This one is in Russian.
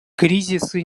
кризисы